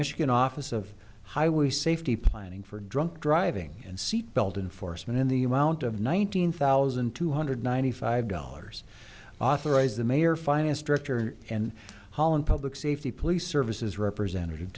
michigan office of highway safety planning for drunk driving and seat belt enforcement in the amount of nineteen thousand two hundred ninety five dollars authorized the mayor finance director and holland public safety police services representative